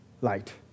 light